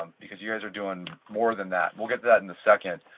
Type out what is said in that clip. and because you guys are doing more than that, we'll get that in a second.